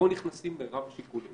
ופה נכנסים מרב השיקולים.